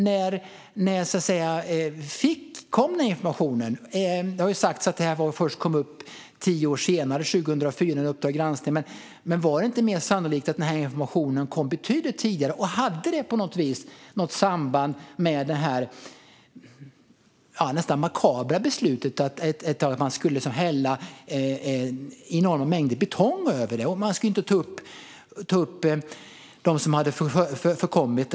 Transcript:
När kom den informationen? Det har sagts att detta kom upp först tio år senare, 2004, genom Uppdrag granskning . Men är det inte mer sannolikt att denna information kom betydligt tidigare? Och hade det på något vis något samband med det nästan makabra beslutet att man skulle hälla enorma mängder betong över vraket och inte ta upp dem som hade omkommit?